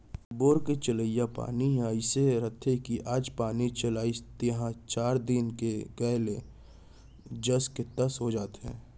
bore के चलाय पानी ह अइसे रथे कि आज पानी चलाइस तिहॉं चार दिन के गए ले जस के तस हो जाथे